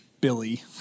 Billy